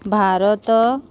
Bharat